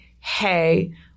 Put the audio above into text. hey